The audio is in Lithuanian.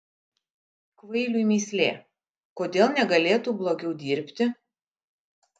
kvailiui mįslė kodėl negalėtų blogiau dirbti